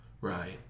Right